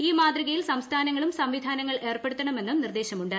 ഈ മാതൃകയിൽ സംസ്ഥാനങ്ങളും സംവിധാനങ്ങൾ ഏർപ്പെടുത്തണമെന്നും നിർദ്ദേശമുണ്ട്